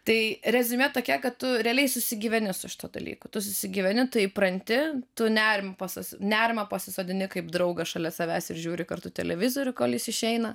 tai reziumė tokia kad tu realiai susigyveni su šituo dalyku tu susigyveni įpranti tu nerimą nerimą pasisodini kaip draugas šalia savęs ir žiūri kartu televizorių kol jis išeina